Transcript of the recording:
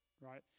right